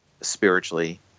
spiritually